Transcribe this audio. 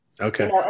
Okay